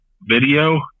video